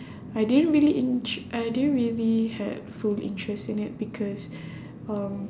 I didn't really int~ I didn't really had full interest in it because um